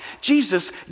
Jesus